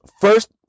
First